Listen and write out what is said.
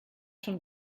schon